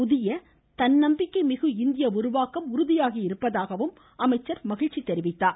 புதிய தன்னம்பிக்கைமிகு இந்திய உருவாக்கம் உறுதியாகியுள்ளதாகவும் அமைச்சர் மகிழ்ச்சி தெரிவித்தார்